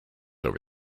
over